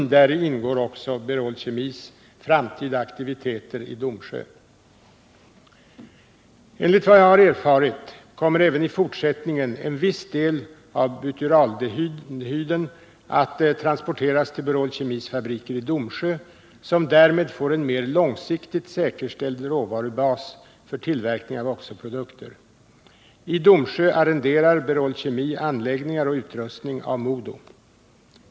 Däri ingår också Berol Kemis framtida aktiviteter i Domsjö. Enligt vad jag har erfarit kommer även i fortsättningen en viss del av butyraldehyden att transporteras till Berol Kemis fabrik i Domsjö som därmed får en mer långsiktigt säkerställd råvarubas för tillverkning av oxoprodukter. I Domsjö arrenderar Berol Kemi anläggningar och utrustning av MoDo.